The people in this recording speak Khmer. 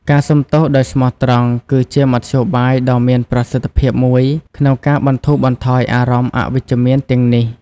ការសុំទោសដោយស្មោះត្រង់ គឺជាមធ្យោបាយដ៏មានប្រសិទ្ធភាពមួយក្នុងការបន្ធូរបន្ថយអារម្មណ៍អវិជ្ជមានទាំងនេះ។